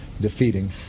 defeating